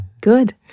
Good